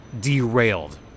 derailed